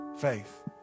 faith